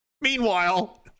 Meanwhile